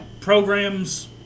programs